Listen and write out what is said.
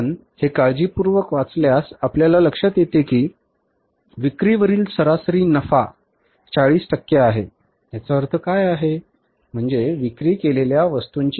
आपण हे काळजीपूर्वक वाचल्यास आपल्याला लक्षात येते की विक्रीवरील सरासरी नफा 60 टक्के आहे